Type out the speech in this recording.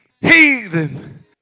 heathen